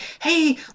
Hey